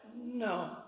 No